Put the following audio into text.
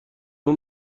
اون